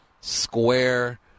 square